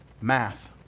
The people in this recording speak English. math